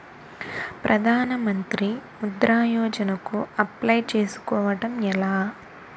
ప్రధాన మంత్రి ముద్రా యోజన కు అప్లయ్ చేసుకోవటం ఎలా?